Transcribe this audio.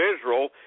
Israel